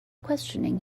questioning